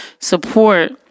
support